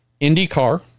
indycar